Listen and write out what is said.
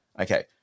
Okay